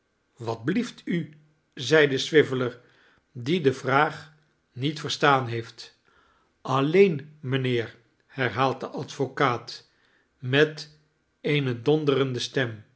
wat belieft u zeide swiveller die de vraag niet verstaan heeft alleen mijnheer herhaalt de advocaat met eene donderende stem